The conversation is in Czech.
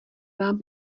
vám